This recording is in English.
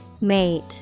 Mate